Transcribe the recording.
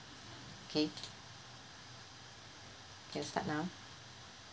okay can start now